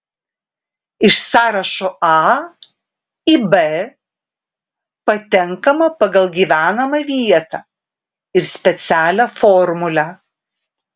iš sąrašo a į b patenkama pagal gyvenamą vietą ir specialią formulę